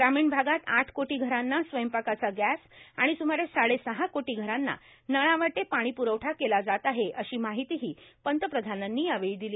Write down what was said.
ग्रामीण भागात आठ कोटी घरांना स्वयंपाकाचा गॅस आणि स्मारे साडे सहा कोटी घरांना नळावाटे पाणीपुरवठा केला जात आहे अशी माहितीही पंतप्रधानांनी दिली